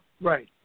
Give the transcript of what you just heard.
Right